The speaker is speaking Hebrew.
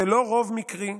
זה לא רוב מקרי,